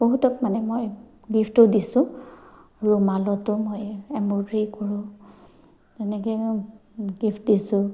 বহুতক মানে মই গিফ্টো দিছোঁ ৰুমালতো মই এমব্ৰইডৰী কৰোঁ তেনেকে মই গিফ্ট দিছোঁ